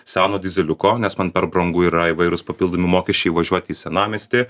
seno dyzeliuko nes man per brangu yra įvairūs papildomi mokesčiai įvažiuot į senamiestį